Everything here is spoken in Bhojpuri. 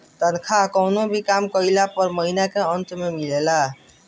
तनखा कवनो भी काम कइला पअ महिना के अंत में मिलेला